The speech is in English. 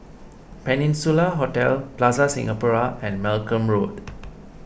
Peninsula Hotel Plaza Singapura and Malcolm Road